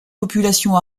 populations